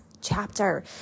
chapter